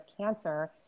cancer